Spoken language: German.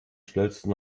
schnellsten